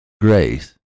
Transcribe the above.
grace